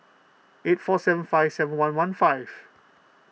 eight four seven five seven one one five